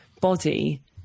body